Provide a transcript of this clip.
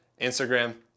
Instagram